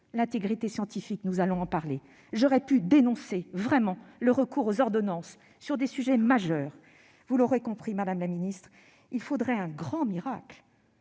d'intégrité scientifique- nous allons en parler -et dénoncer le recours aux ordonnances sur des sujets majeurs. Vous l'aurez compris, madame la ministre, il faudrait un grand miracle